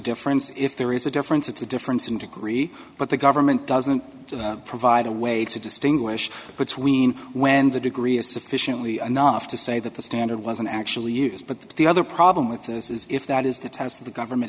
difference if there is a difference it's a difference in degree but the government doesn't provide a way to distinguish between when the degree is sufficiently anough to say that the standard wasn't actually used but the other problem with this is if that is the test of the government